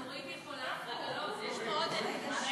חברי הכנסת, קריאה